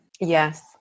Yes